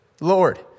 Lord